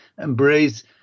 embrace